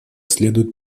следует